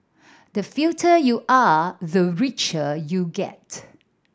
the you are the richer you get